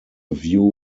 view